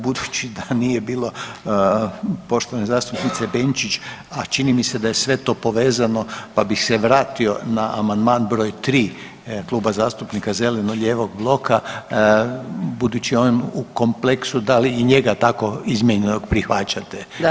Budući da nije bilo poštovane zastupnice Benčić, a čini mi se da je sve to povezano, pa bih se vratio na amandman br. 3. Kluba zastupnika zeleno-lijevog bloka budući je on u kompleksu da li i njega tako izmijenjenog prihvaćate odnosno povlačite?